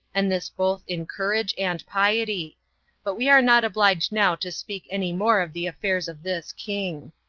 and this both in courage and piety but we are not obliged now to speak any more of the affairs of this king.